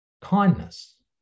kindness